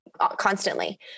constantly